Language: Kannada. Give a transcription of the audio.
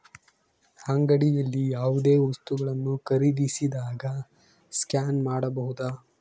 ಅಂಗಡಿಯಲ್ಲಿ ಯಾವುದೇ ವಸ್ತುಗಳನ್ನು ಖರೇದಿಸಿದಾಗ ಸ್ಕ್ಯಾನ್ ಮಾಡಬಹುದಾ?